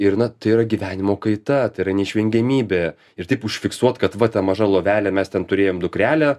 ir na tai yra gyvenimo kaita tai yra neišvengiamybė ir taip užfiksuot kad va ta maža lovelė mes ten turėjom dukrelę